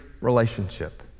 relationship